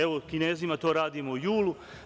Evo, Kinezima to radimo u julu.